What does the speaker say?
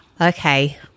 Okay